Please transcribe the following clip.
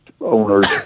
owners